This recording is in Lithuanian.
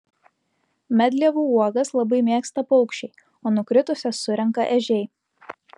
medlievų uogas labai mėgsta paukščiai o nukritusias surenka ežiai